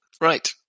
Right